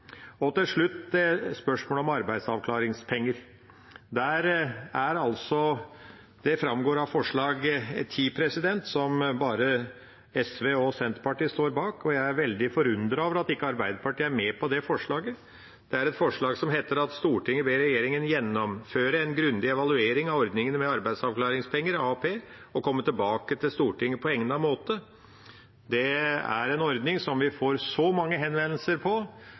Til slutt er det spørsmålet om arbeidsavklaringspenger. Der framgår det av forslag nr. 10, som bare SV og Senterpartiet står bak – jeg er veldig forundret over at ikke Arbeiderpartiet er med på det forslaget – at Stortinget «ber regjeringa gjennomføre en grundig evaluering av ordningen med arbeidsavklaringspenge og komme tilbake til Stortinget på egnet måte». Det er en ordning som vi får så mange henvendelser